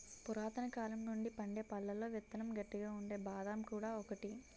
పురాతనకాలం నుండి పండే పళ్లలో విత్తనం గట్టిగా ఉండే బాదం కూడా ఒకటి